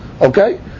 Okay